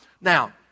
Now